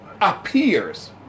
appears